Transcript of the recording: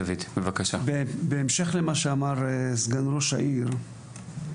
בהמשך למה שאמר סגן ראש העיר,